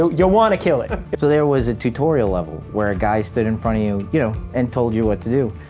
you'll want to kill it! there was a tutorial level where a guy stood in front of you you know and told you what to do,